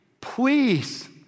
please